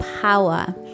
power